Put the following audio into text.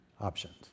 options